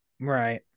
Right